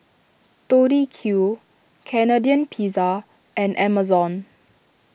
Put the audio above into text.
Tori Q Canadian Pizza and Amazon